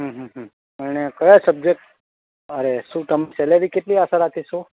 હમ હુહ અને કયા સબ્જેક્ટ અરે શું તમે સેલરી કેટલી આશા રાખશો